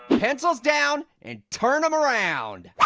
pencils down and turn em around.